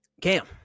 Cam